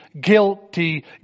guilty